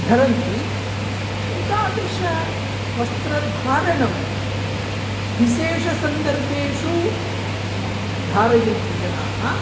धरन्ति एतादृशवस्त्रधारणं विशेषसन्दर्भेषु धारयन्ति जनाः